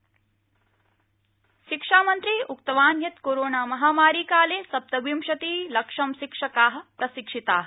शिक्षामन्त्री शिक्षामन्त्री उक्तवान् यत् कोरोणामहामारीकाले सप्नविंशतिः लक्षं शिक्षकाः प्रशिक्षिताः